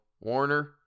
Warner